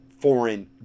foreign